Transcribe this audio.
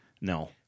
No